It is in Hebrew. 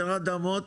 יותר אדמות,